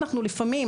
לפעמים,